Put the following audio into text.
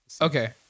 Okay